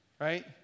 right